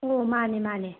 ꯑꯣ ꯃꯥꯅꯦ ꯃꯥꯅꯦ